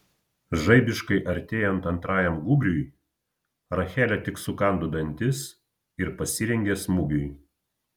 žaibiškai artėjant antrajam gūbriui rachelė tik sukando dantis ir pasirengė smūgiui